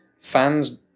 fans